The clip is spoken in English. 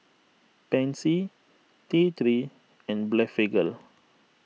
Pansy T three and Blephagel